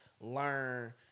learn